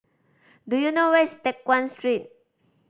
do you know where is Teck Guan Street